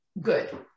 Good